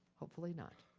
hopefully not.